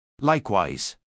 Likewise